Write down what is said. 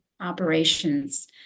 operations